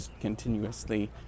continuously